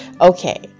Okay